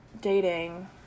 dating